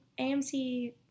AMC